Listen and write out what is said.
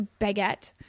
baguette